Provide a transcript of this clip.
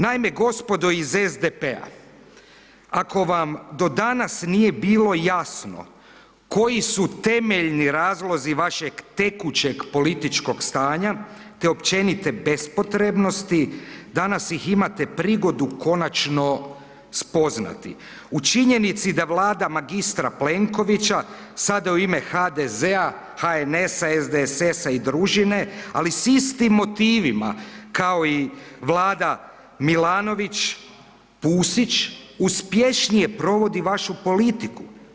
Naime, gospodo iz SDP-a, ako vam do danas nije bilo jasno koji su temeljni razlozi vašeg tekućeg političkog stanja te općenite bespotrebnosti, danas ih imate prigodu konačno spoznati u činjenici da Vlada magistra Plenkovića sada u ime HDZ-a, HNS-a, SDSS-a i družine, ali s istim motivima, kao i Vlada Milanović, Pusić uspješnije provodi vašu politiku.